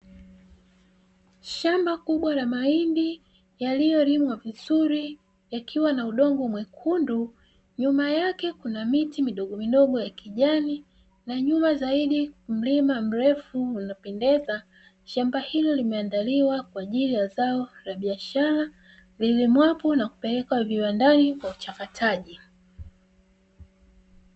Shamba kubwa la mahindi yaliyolimwa vizuri yakiwa na udongo mwekundu nyuma yake kuna miti midogo midogo ya kijani na nyuma zaidi mlima mrefu umependeza; shamba hili limeandaliwa kwa ajili ya zao la biashara lilimwapo na kupelekwa viwandani kwa uchakataji.